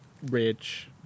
Rich